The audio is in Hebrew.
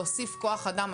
להוסיף כוח אדם,